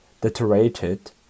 deteriorated